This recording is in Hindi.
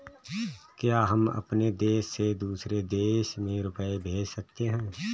क्या हम अपने देश से दूसरे देश में रुपये भेज सकते हैं?